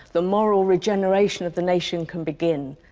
the moral regeneration of the nation can begin.